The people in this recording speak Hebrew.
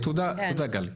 תודה, גלי.